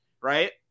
right